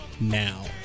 now